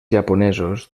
japonesos